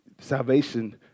salvation